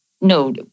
No